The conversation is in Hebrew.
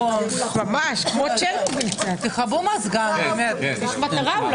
כאן הדבר לא נאמר